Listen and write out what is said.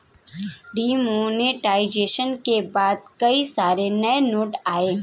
demonetisation के बाद कई सारे नए नोट आये